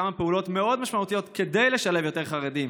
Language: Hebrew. כמה פעולות מאוד משמעותיות כדי לשלב יותר חרדים,